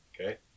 Okay